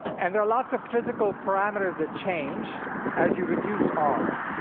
and there are lots of physical parameters that change as you reduce r.